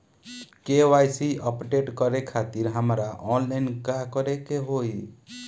KYC update करे खातिर हमरा ऑनलाइन का करे के होई?